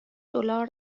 دلار